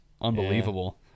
unbelievable